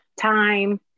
time